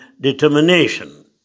determination